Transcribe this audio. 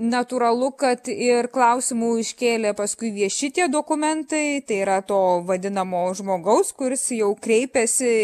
natūralu kad ir klausimų iškėlė paskui vieši tie dokumentai tai yra to vadinamo žmogaus kuris jau kreipėsi